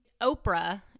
Oprah